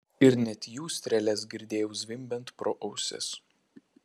ir net jų strėles girdėjau zvimbiant pro ausis